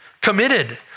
committed